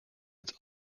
its